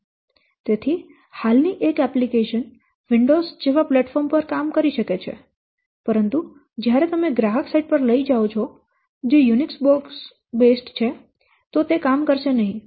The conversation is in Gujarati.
તેથી હાલની એક એપ્લિકેશન વિંડોઝ જેવા પ્લેટફોર્મ પર કામ કરી શકે છે પરંતુ જ્યારે તમે ગ્રાહક સાઇટ પર લઈ જાઓ છો જે યુનિક્સ બેઝ છે તો તે કામ કરશે નહીં